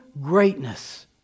greatness